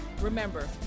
remember